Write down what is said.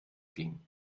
ging